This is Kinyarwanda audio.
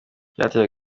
byateye